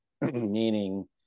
meaning